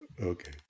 Okay